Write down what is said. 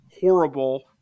horrible